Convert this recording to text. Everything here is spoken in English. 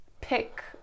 pick